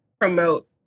promote